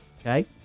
Okay